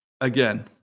again